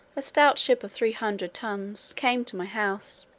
a stout ship of three hundred tons, came to my house.